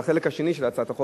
לחלק השני של הצעת החוק,